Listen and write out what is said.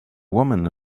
woman